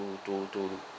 to to